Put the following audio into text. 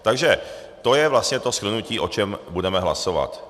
Takže to je vlastně to shrnutí, o čem budeme hlasovat.